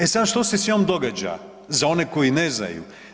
E sada što se s njom događa za one koji ne znaju?